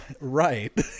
Right